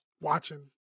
watching